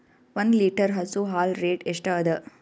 ಒಂದ್ ಲೀಟರ್ ಹಸು ಹಾಲ್ ರೇಟ್ ಎಷ್ಟ ಅದ?